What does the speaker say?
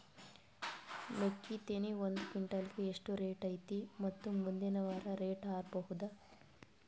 ಮೆಕ್ಕಿ ತೆನಿ ಒಂದು ಕ್ವಿಂಟಾಲ್ ಗೆ ಎಷ್ಟು ರೇಟು ಐತಿ ಮತ್ತು ಮುಂದಿನ ವಾರ ರೇಟ್ ಹಾರಬಹುದ?